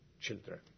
children